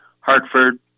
Hartford